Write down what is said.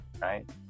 right